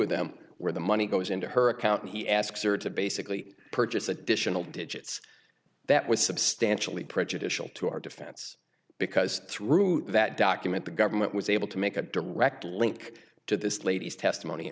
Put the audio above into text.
of them where the money goes into her account he asks her to basically purchase additional digits that was substantially prejudicial to our defense because through that document the government was able to make a direct link to this lady's testimony